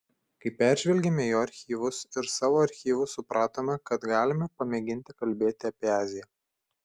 kai peržvelgėme jo archyvus ir savo archyvus supratome kad galime pamėginti kalbėti apie aziją